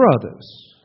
brothers